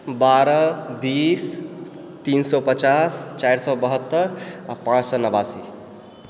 बारह बीस तीन सए पचास चारि सए बहत्तर आ पांँच सए नबासी